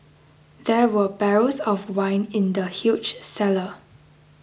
there were barrels of wine in the huge cellar